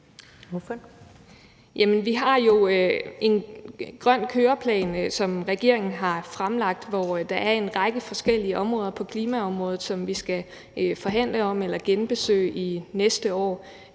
Jamen vi har jo en grøn køreplan, som regeringen har fremlagt, og hvor der er en række forskellige områder på klimaområdet, som vi skal forhandle om eller genbesøge næste år.